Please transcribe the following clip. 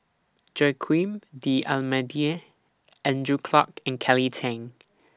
Joaquim D'almeida Andrew Clarke and Kelly Tang